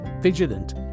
vigilant